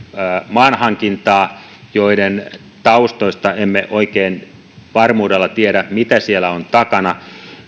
maanhankintaa jonka taustoista emme oikein varmuudella tiedä mitä siellä on takana